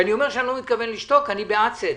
כשאני אומר שאני לא מתכוון לשתוק, אני בעד צדק.